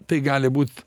tai gali būt